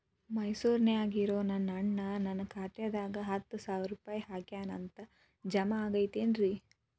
ಮೈಸೂರ್ ನ್ಯಾಗ್ ಇರೋ ನನ್ನ ಅಣ್ಣ ನನ್ನ ಖಾತೆದಾಗ್ ಹತ್ತು ಸಾವಿರ ರೂಪಾಯಿ ಹಾಕ್ಯಾನ್ ಅಂತ, ಜಮಾ ಆಗೈತೇನ್ರೇ?